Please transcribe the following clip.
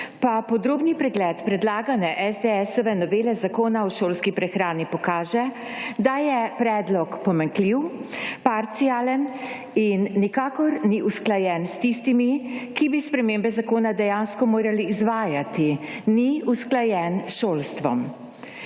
pa podrobni pregled predlagane SDS-ove novele Zakona o šolski prehrani pokaže, da je predlog pomanjkljiv, parcialen in nikakor ni usklajen s tistimi, ki bi spremembe zakona dejansko morali izvajati, ni usklajen s šolstvom.